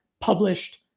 published